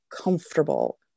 comfortable